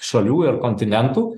šalių ir kontinentų